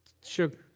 sugar